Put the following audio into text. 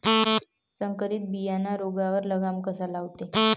संकरीत बियानं रोगावर लगाम कसा लावते?